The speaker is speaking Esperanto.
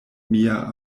mia